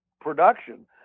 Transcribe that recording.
production